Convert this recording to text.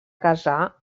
casar